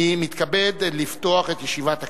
אני מתכבד לפתוח את ישיבת הכנסת,